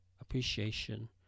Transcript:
appreciation